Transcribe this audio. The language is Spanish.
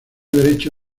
derecho